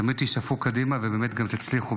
תמיד תשאפו קדימה וגם תצליחו,